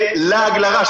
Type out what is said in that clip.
זה לעג לרש.